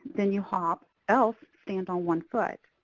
then you hop, else, stand on one foot.